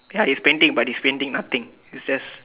ya it's painting but it's painting nothing it's just